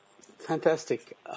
Fantastic